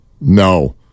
No